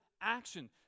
action